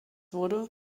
wurde